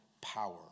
power